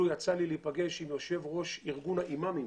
יצא לי להיפגש עם יושב ראש ארגון האימאמים